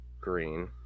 Green